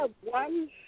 one